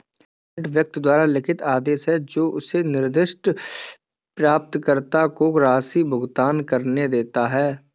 warrant व्यक्ति द्वारा लिखित आदेश है जो उसे निर्दिष्ट प्राप्तकर्ता को राशि भुगतान करने देता है